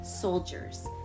soldiers